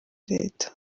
leta